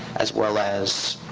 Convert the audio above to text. as well as.